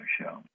show